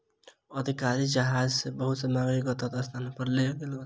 अधिकारी जहाज सॅ बहुत सामग्री के गंतव्य स्थान पर लअ गेल